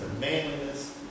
manliness